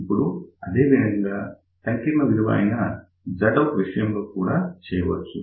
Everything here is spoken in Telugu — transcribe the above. ఇప్పుడు అదేవిధంగా సంకీర్ణ విలువ అయిన Zout విషయంలో కూడా చేయవచ్చు